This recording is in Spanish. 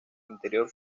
interior